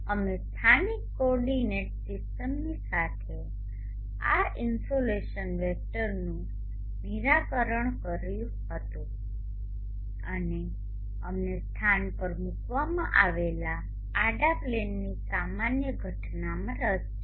અમે સ્થાનિક કોઓર્ડિનેટ સિસ્ટમની સાથે આ ઇન્સોલેશન વેક્ટરનું નિરાકરણ પણ કર્યું હતું અને અમને સ્થાન પર મૂકવામાં આવેલા આડા પ્લેનની સામાન્ય ઘટનામાં રસ છે